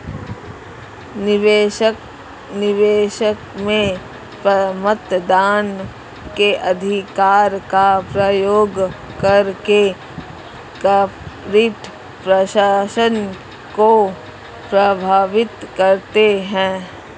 निवेशक, निवेश में मतदान के अधिकार का प्रयोग करके कॉर्पोरेट प्रशासन को प्रभावित करते है